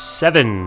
seven